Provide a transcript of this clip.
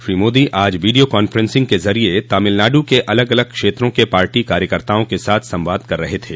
श्री मोदी आज video conferencing के जरिये तमिलनाडु के अलग अलग क्षेत्रों के पार्टी कार्यकर्ताओं के साथ संवाद कर रहे थे